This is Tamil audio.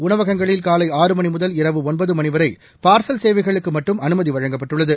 உணவகங்களில் காலை ஆறு மணி முதல் இரவு ஒன்பது மணி வரை பார்சல் சேவைகளுக்கு மட்டும் அனுமதி வழங்கப்பட்டுள்ளது